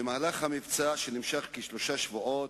במהלך המבצע, שנמשך כשלושה שבועות,